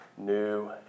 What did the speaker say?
new